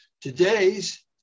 Today's